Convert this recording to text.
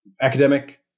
academic